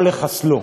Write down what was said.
או לחסלו.